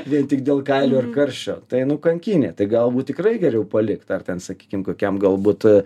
vien tik dėl kailio ir karščio tai nu kankynė tai galbūt tikrai geriau palikt ar ten sakykim kokiam galbūt